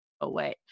away